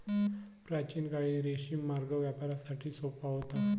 प्राचीन काळी रेशीम मार्ग व्यापारासाठी सोपा होता